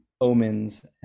omens